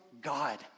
God